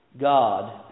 God